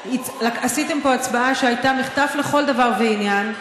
עשיתם פה הצבעה שהייתה מחטף לכל דבר ועניין,